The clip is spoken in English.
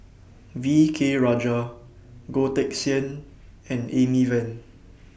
V K Rajah Goh Teck Sian and Amy Van